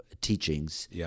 teachings